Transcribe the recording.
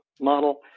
Model